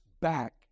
back